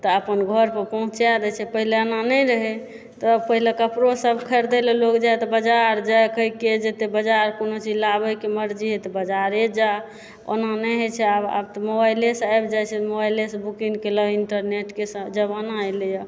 तऽ अपन घर पर पहुँचाए दए छै पहिने एना नहि रहए तब पहिले कपड़ो सभ खरिदए लऽ लोग जाए तऽ बजार जाइ कहए केँ जेतए बजार कोनो चीज लाबै कऽ मरजी होइ तऽ बजारे जा ओना नहि होइत छै आब आब तऽ मोबाइलेसँ आबि जाइत छै मोबाइलेसँ बुकिङ्ग केलक इन्टरनेटके जमाना एलए हँ